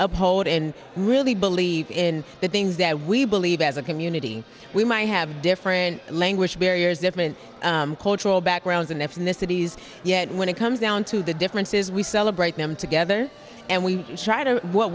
uphold and really believe in the things that we believe as a community we might have different language barriers different cultural backgrounds and ethnicities yet when it comes down to the differences we celebrate them together and we had a what